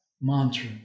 mantra